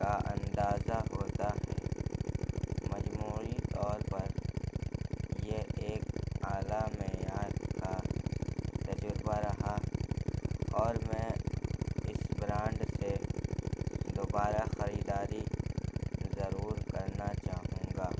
کا اندازہ ہوتا ہے مجموعی طور پر یہ ایک اعلیٰ معیار کا تجربہ رہا اور میں اس برانڈ سے دوبارہ خریداری ضرور کرنا چاہوں گا